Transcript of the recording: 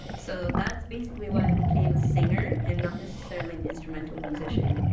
so that's basically why i became a singer and not necessarily an instrumental musician.